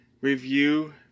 review